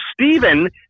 Stephen